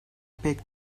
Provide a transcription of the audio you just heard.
pek